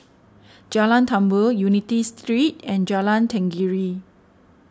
Jalan Tambur Unity Street and Jalan Tenggiri